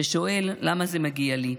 ששואל: למה זה מגיע לי.